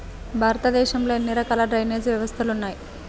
భారతదేశంలో ఎన్ని రకాల డ్రైనేజ్ వ్యవస్థలు ఉన్నాయి?